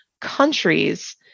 countries